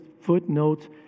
footnotes